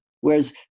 whereas